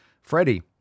Freddie